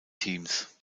teams